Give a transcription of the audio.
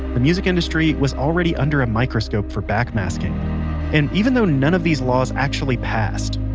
the music industry was already under a microscope for backmasking and even though none of these laws actually passed,